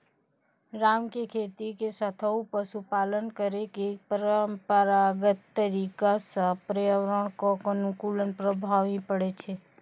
राम के खेती के साथॅ पशुपालन करै के परंपरागत तरीका स पर्यावरण कॅ अनुकूल प्रभाव हीं पड़ै छै